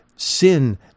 sin